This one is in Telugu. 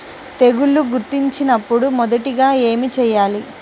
తెగుళ్లు గుర్తించినపుడు మొదటిగా ఏమి చేయాలి?